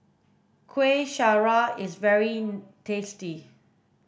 kueh syara is very tasty